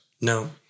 No